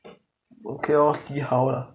okay orh see how lah